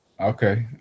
Okay